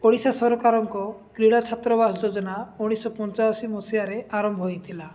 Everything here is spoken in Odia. ଓଡ଼ିଶା ସରକାରଙ୍କ କ୍ରୀଡ଼ା ଛାତ୍ରବାସ ଯୋଜନା ଉଣେଇଶହ ପଞ୍ଚାଅଶୀ ମସିହାରେ ଆରମ୍ଭ ହୋଇଥିଲା